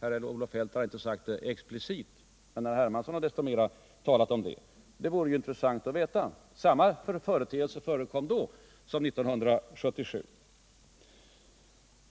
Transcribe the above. Kjell-Olof Feldt har inte sagt det explicit, men herr Hermansson så mycket mer talat om det. Det vore intressant att veta detta — samma företeelser förekom då som 1977.